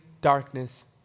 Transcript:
darkness